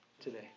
today